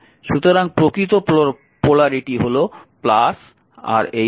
সুতরাং প্রকৃত পোলারিটি হল আর এই হল